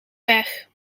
pech